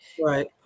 Right